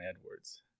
Edwards